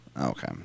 Okay